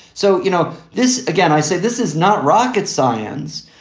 so you know this again, i say this is not rocket science,